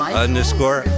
underscore